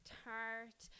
tart